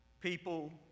People